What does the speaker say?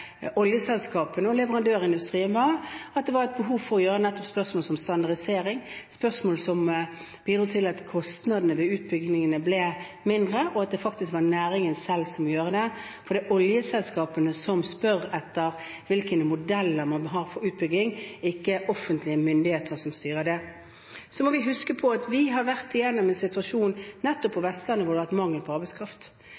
spørsmål som standardisering, som bidrar til at kostnadene ved utbyggingene blir mindre, og at det faktisk er næringen selv som må gjøre det. Det er oljeselskapene som spør etter hvilke modeller man bør ha for utbygging, det er ikke offentlige myndigheter som styrer det. Så må vi huske på at vi har vært gjennom en situasjon nettopp på